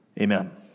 Amen